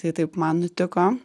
tai taip man nutiko